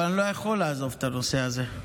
אבל אני לא יכול לעזוב את הנושא הזה.